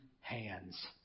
hands